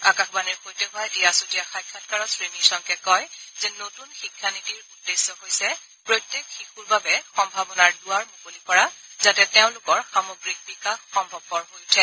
আকাশবাণীৰ সৈতে হোৱা এটি আছুতীয়া সাক্ষাৎকাৰত শ্ৰীনিশংকে কয় যে নতুন শিক্ষানীতিৰ উদ্দেশ্য হৈছে প্ৰত্যেক শিশুৰ বাবে সম্ভাৱনাৰ দুৱাৰ মুকলি কৰা যাতে তেওঁলোকৰ সামগ্ৰিক বিকাশ সম্ভৱপৰ হৈ উঠে